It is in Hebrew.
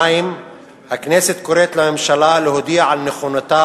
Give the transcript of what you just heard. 2. הכנסת קוראת לממשלה להודיע על נכונותה